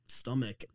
stomach